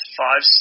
five